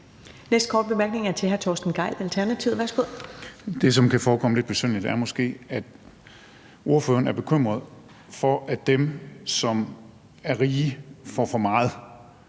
næste korte bemærkning er til hr. Torsten Gejl, Alternativet. Værsgo. Kl. 16:30 Torsten Gejl (ALT): Det, som kan forekomme lidt besynderligt, er måske, at ordføreren er bekymret for, at dem, som er rige, får for meget.